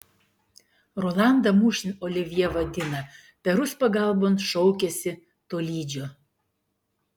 rolandą mūšin olivjė vadina perus pagalbon šaukiasi tolydžio